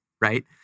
right